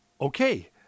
okay